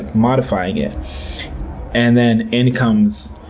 modifying it and then in comes,